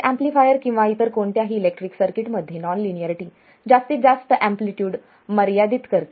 तर एम्प्लीफायर किंवा इतर कोणत्याही इलेक्ट्रॉनिक सर्किटमध्ये नॉन लिनियरिटी जास्तीत जास्त इनपुट एम्पलीट्यूड मर्यादित करते